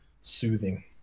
soothing